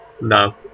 No